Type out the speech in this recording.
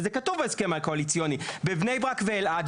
וזה כתוב בהסכם הקואליציוני בבני ברק ואלעד,